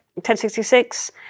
1066